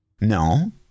No